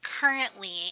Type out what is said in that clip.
currently